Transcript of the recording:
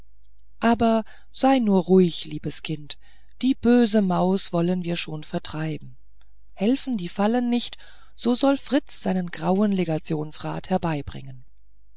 aber sei nur ruhig liebes kind die böse maus wollen wir schon vertreiben helfen die fallen nichts so soll fritz seinen grauen legationsrat herbeibringen